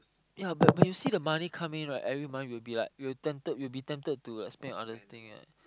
ya but but you see the money come in right every month will be like will tempted will be tempted to like spend on other thing right